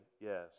yes